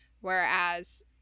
Whereas